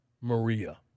Maria